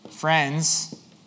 Friends